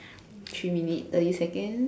three minute thirty second